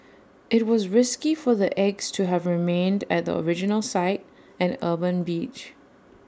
IT was risky for the eggs to have remained at the original site an urban beach